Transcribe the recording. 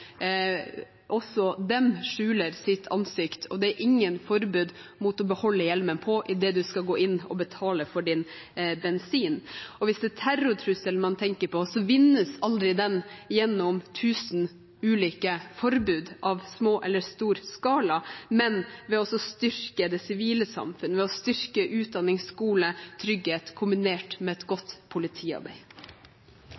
Også de skjuler ansiktet, og det er ingen forbud mot å beholde hjelmen på når du skal gå inn og betale for bensinen. Hvis det er terrortrusselen man tenker på, så vinnes aldri den gjennom tusen ulike forbud i stor eller liten skala, men ved å styrke det sivile samfunn – ved å styrke utdanning, skole, trygghet – kombinert med et godt politiarbeid.